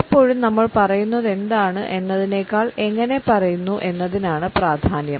പലപ്പോഴും നമ്മൾ പറയുന്നതെന്താണ് എന്നതിനേക്കാൾ എങ്ങനെ പറയുന്നു എന്നതിനാണ് പ്രാധാന്യം